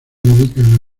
dedican